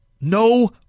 No